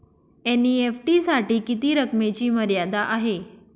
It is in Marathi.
एन.ई.एफ.टी साठी किती रकमेची मर्यादा आहे?